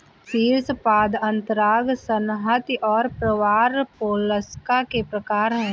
शीर्शपाद अंतरांग संहति और प्रावार मोलस्का के प्रकार है